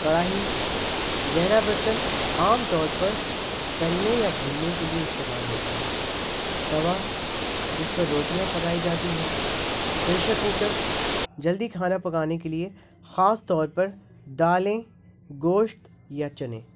کڑھاہی گہرا برتن عام طور پر تلنے یا بھوننے کے لیے استعمال ہوتا ہے توا جس پر روٹیاں پکائی جاتی ہیں پریشر کوکر جلدی کھانا پکانے کے لیے خاص طور پر دالیں گوشت یا چنے